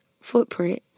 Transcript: footprint